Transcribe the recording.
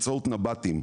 באמצעות נב"תים.